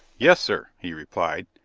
yes, sir! he replied,